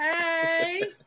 Hey